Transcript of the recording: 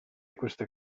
queste